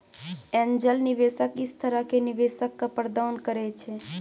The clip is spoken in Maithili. एंजल निवेशक इस तरह के निवेशक क प्रदान करैय छै